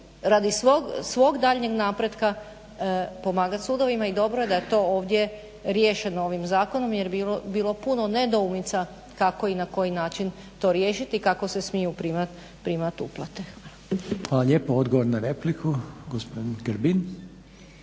radi svog daljnjeg napretka pomagati sudovima i dobro je da je to ovdje riješeno ovim zakonom jer bi bilo puno nedoumica kako i na koji način to riješiti i kako se smiju primati uplate. **Reiner, Željko (HDZ)** Hvala lijepo. Odgovor na repliku gospodin Grbin.